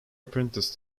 apprentice